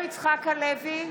מאיר יצחק הלוי,